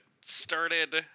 started